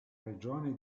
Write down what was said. regione